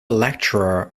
lecturer